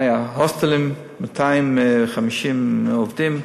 היו בהוסטלים 250 עובדים,